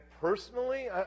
personally